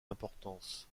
importance